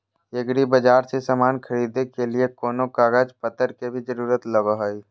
एग्रीबाजार से समान खरीदे के लिए कोनो कागज पतर के भी जरूरत लगो है?